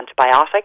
antibiotic